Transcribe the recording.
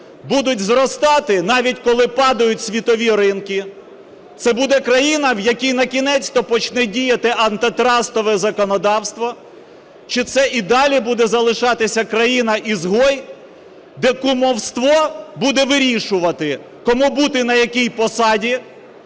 будуть зростати, навіть коли падають світові ринки, це буде країна, в якій на кінець то почне діяти антитрастове законодавство, чи це і далі буде залишатися країна ізгой, де кумівство буде вирішувати, кому бути на якій посаді